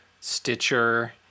Stitcher